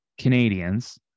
Canadians